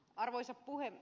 arvoisa puhemies